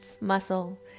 muscle